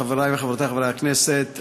חבריי וחברותיי חברי הכנסת,